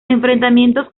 enfrentamientos